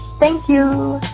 thank you